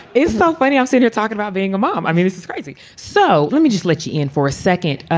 it's not funny. i'll say you're talking about being a mom. i mean, it's it's crazy so let me just let you in for a second.